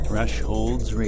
Thresholds